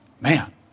Man